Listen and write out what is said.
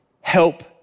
help